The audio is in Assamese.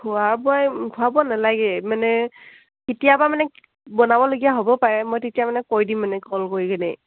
খোৱা বোৱা খোৱা বোৱা নালাগে মানে কেতিয়াবা মানে বনাবলগীয়া হ'ব পাৰে মই তেতিয়া মানে কৈ দিম মানে কল কৰি কেনে